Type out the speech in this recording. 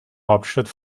hauptstadt